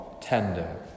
tender